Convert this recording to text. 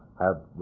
have